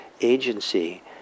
agency